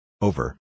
Over